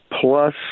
plus